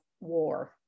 war